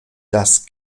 das